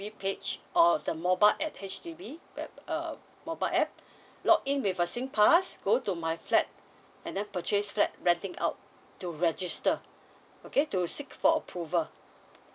web page or the mobile at H_D_B uh mobile app log in with a sing pass go to my flat and then purchase flat renting out to register okay to seek for approval